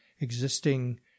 existing